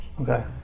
okay